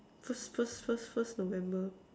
first first first first november